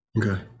Okay